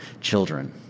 children